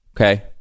okay